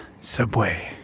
Subway